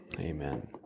Amen